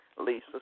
Lisa